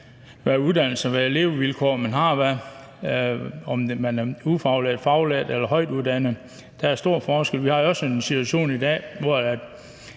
hvad uddannelse og hvad levevilkår man har, om man er ufaglært, faglært eller højtuddannet. Der er stor forskel. Vi har jo også en situation i dag, hvor